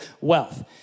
wealth